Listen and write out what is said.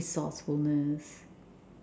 resourcefulness